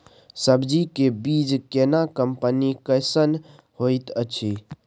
सब्जी के बीज केना कंपनी कैसन होयत अछि?